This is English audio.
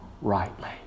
rightly